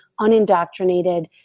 unindoctrinated